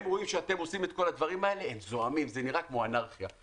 ותיכף נשאל את נציג המשרד לביטחון הפנים על